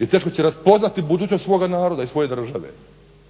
i teško će raspoznati budućnost svoga naroda i svoje države.